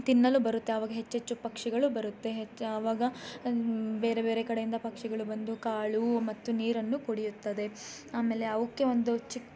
ತಿನ್ನಲು ಬರುತ್ತೆ ಆವಾಗ ಹೆಚ್ಚೆಚ್ಚು ಪಕ್ಷಿಗಳು ಬರುತ್ತೆ ಹೆಚ್ಚು ಆವಾಗ ಬೇರೆ ಬೇರೆ ಕಡೆಯಿಂದ ಪಕ್ಷಿಗಳು ಬಂದು ಕಾಳು ಮತ್ತು ನೀರನ್ನು ಕುಡಿಯುತ್ತದೆ ಆಮೇಲೆ ಅವುಕ್ಕೆ ಒಂದು ಚಿಕ್ಕ